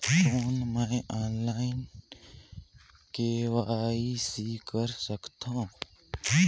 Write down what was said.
कौन मैं online KYC कर सकथव?